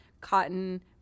Cotton